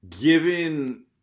given